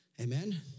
Amen